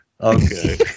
okay